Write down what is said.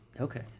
Okay